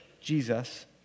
Jesus